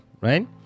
right